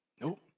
Nope